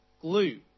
glue